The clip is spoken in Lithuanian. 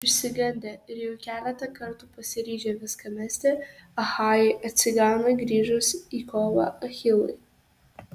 išsigandę ir jau keletą kartų pasiryžę viską mesti achajai atsigauna grįžus į kovą achilui